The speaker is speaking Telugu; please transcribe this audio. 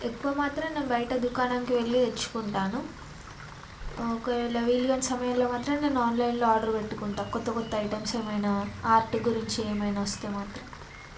ఎక్కువ మాత్రం నేను బయట దుకాణంకి వెళ్ళి తెచ్చుకుంటాను ఒకవేళ వీలుగాని సమయంలో మాత్రం నేను ఆన్లైన్లో ఆర్డర్ పెట్టుకుంటాను కొత్త కొత్త ఐటమ్స్ ఏమైనా ఆర్ట్ గురించి ఏమైనా వస్తే మాత్రం